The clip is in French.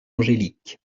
angélique